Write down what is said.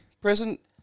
present